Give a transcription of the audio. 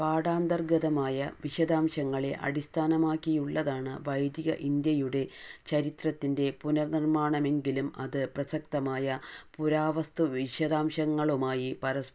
പാഠാന്തര്ഗതമായ വിശദാംശങ്ങളെ അടിസ്ഥാനമാക്കിയുള്ളതാണ് വൈദിക ഇന്ത്യയുടെ ചരിത്രത്തിന്റെ പുനർനിർമ്മാണമെങ്കിലും അത് പ്രസക്തമായ പുരാവസ്തുവിശദാംശങ്ങളുമായി പരസ്പരബന്ധിതമാണ്